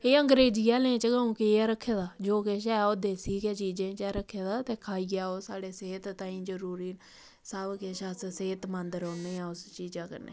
एह् अंग्रेजी हौलें च कोऊ केह् ऐ रक्खेदा जो किश ऐ ओह् देसी गै चीजें च रक्खेदा ते खाइयै ओह् साढ़ी सेह्त लाईं जरूरी ऐ सब किश अस सेह्तमंद रौंह्नेआं उस चीजा कन्नै